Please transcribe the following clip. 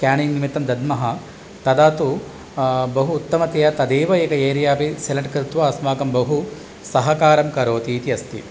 scanning निमित्तं दद्मः तदा तु बहु उत्तमतया तदेव एक एरिया अपि सिलेक्ट् कृत्वा अस्माकं बहु सहकारङ्करोति इति अस्ति